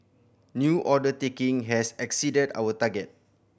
new order taking has exceeded our target